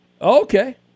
Okay